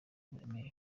uburemere